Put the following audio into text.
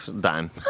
dime